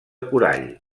corall